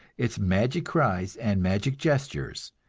its magic cries and magic gestures,